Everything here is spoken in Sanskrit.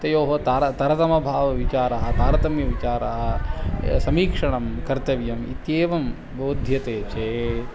तयोः तार तारतम्यभावविचारः तारतम्यविचाराः समीक्षणं कर्तव्यम् इत्येवं बोध्यते चेत्